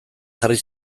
jarri